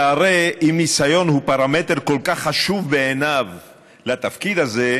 שהרי אם ניסיון הוא פרמטר כל כך חשוב בעיניו לתפקיד הזה,